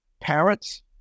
parents